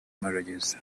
marriages